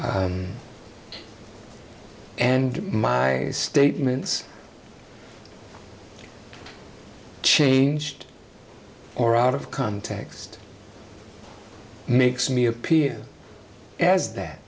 and my statements changed or out of context makes me appear as that